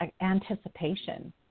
anticipation